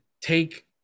take